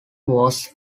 was